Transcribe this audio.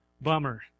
Bummer